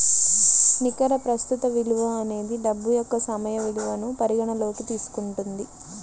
నికర ప్రస్తుత విలువ అనేది డబ్బు యొక్క సమయ విలువను పరిగణనలోకి తీసుకుంటుంది